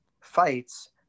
fights